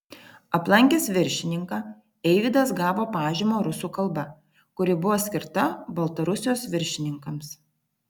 aplankęs viršininką eivydas gavo pažymą rusų kalba kuri buvo skirta baltarusijos viršininkams